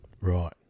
right